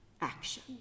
action